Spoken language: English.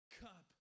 cup